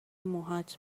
موهات